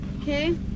Okay